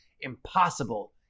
Impossible